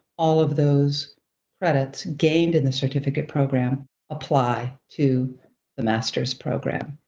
all of those credits gained in the certificate program apply to the master's program.